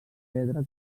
pedra